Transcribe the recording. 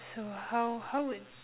so how how would